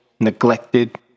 neglected